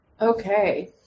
Okay